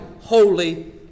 holy